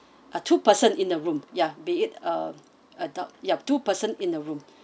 uh two person in the room ya be it a adult yup two person in the room